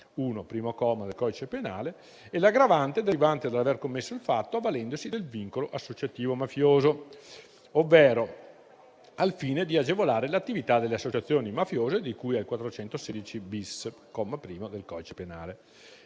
comma 1, del codice penale e l'aggravante derivante dall'aver commesso il fatto avvalendosi del vincolo associativo mafioso, ovvero al fine di agevolare l'attività delle associazioni mafiose, di cui all'articolo 416-*bis*, comma, 1 del codice penale.